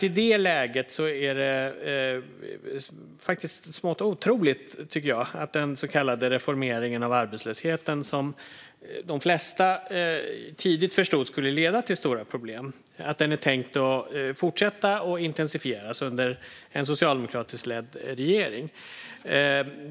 I det läget är det smått otroligt att den så kallade reformeringen av Arbetsförmedlingen, som de flesta tidigt förstod skulle leda till stora problem, är tänkt att fortsätta och intensifieras under en socialdemokratiskt ledd regering.